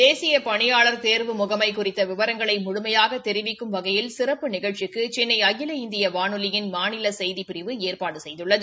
தேசிய பணியாள் தேர்வு முகமை குறித்த விவரங்களை முழுமையாக தெரிவிக்கும் வகையில் சிறப்பு நிகழ்ச்சிக்கு சென்னை அகில இந்திய வானொலியின் மாநில செய்திப்பிரிவு ஏற்பாடு செய்துள்ளது